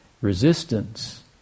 resistance